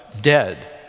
dead